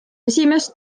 esimest